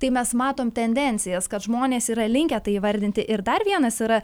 tai mes matom tendencijas kad žmonės yra linkę tai įvardinti ir dar vienas yra